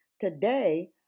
Today